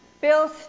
Bill